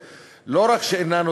לא רק שאינה מעודדת,